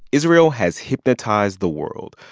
israel has hypnotized the world.